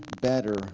better